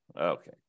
Okay